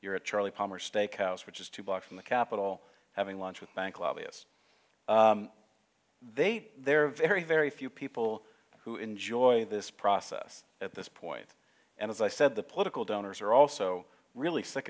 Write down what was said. you're at charlie palmer steak house which is two blocks from the capitol having lunch with bank lobbyist they there are very very few people who enjoy this process at this point and as i said the political donors are also really sick